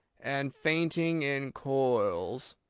and fainting in coils.